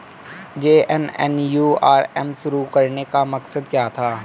JNNURM शुरू करने का मकसद क्या था?